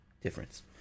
Difference